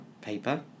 paper